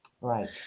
Right